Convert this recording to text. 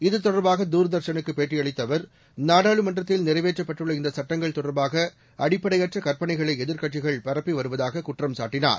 இது தொடர்பாக தூர்தர்ஷனுக்குப் பேட்டியளித்த அவர் நாடாளுமன்றத்தில் நிறைவேற்றப்பட்டுள்ள இந்த சட்டங்கள் தொடர்பாக அடிப்படையற்ற கற்பனைகளை எதிர்கட்சிகள் பரப்பி வருவதாக குற்றம் சாட்டினார்